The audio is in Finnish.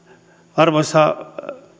arvoisa